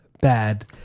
bad